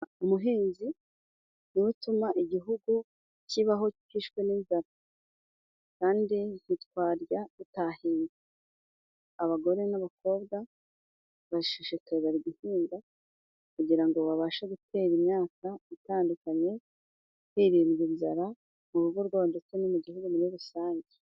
Umuhinzi ni we utuma igihugu kibaho cyishwe n'inzara kandi ntitwarya tutahinze. Abagore n'abakobwa bashishikaye bari guhinga kugira ngo babashe gutera imyaka itandukanye, hirindwa inzara mu rugo rwabo ndetse no mu Gihugu muri rusange.